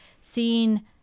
seeing